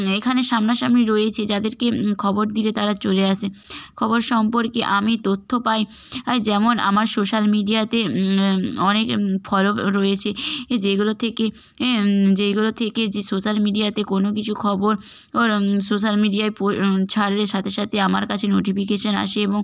এখানে সামনাসামনি রয়েছে যাদেরকে খবর দিলে তারা চলে আসে খবর সম্পর্কে আমি তথ্য পাই যেমন আমার সোশ্যাল মিডিয়াতে অনেক ফলো রয়েছে এ যেগুলোর থেকে এ যেগুলো থেকে যে সোশ্যাল মিডিয়াতে কোনো কিছু খবর সোশ্যাল মিডিয়ায় ছাড়লে সাথে সাথে আমার কাছে নোটিফিকেশন আসে এবং